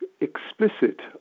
explicit